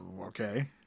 okay